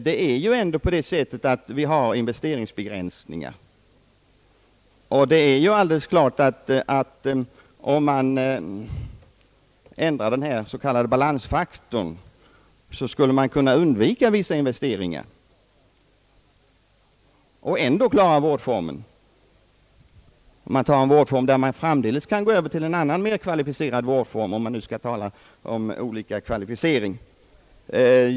Vi har ju ändå investeringsbegränsningar, och det är ju alldeles klart att man, om man ändrar den s.k. balansfaktorn, skulle kunna undvika vissa investeringar och ändå klara vårdformen. Man tar en vårdform, där man framdeles kan gå över till en annan och mer kvalificerad vårdform, om man nu skall göra värderingar.